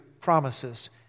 promises